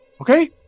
Okay